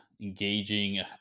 engaging